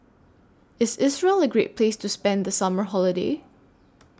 IS Israel A Great Place to spend The Summer Holiday